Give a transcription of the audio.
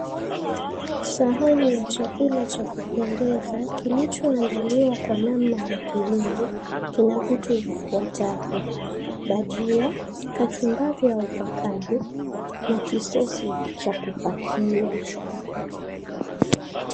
Sahani ya chakula cha kupendeza kilichoandaliwa kwa namna ya kihindi kina vitu vifuatavyo; bajia kachumbari ya ovacado na kidosi cha kupakia.